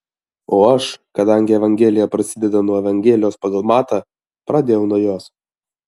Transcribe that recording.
o aš kadangi evangelija prasideda nuo evangelijos pagal matą pradėjau nuo jos